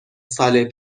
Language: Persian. سال